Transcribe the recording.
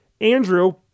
Andrew